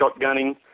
shotgunning